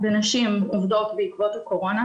היא דיברה על הדיגיטל שהולך ומוטמע בעסקים הקטנים.